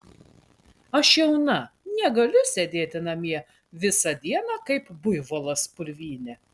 aš jauna negaliu sėdėti namie visą dieną kaip buivolas purvyne